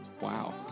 wow